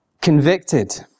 convicted